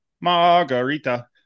Margarita